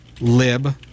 lib